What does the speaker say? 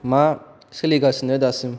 मा सोलिगासिनो दासिम